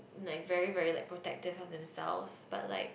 like very very like protective of themselves but like